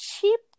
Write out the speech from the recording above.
cheap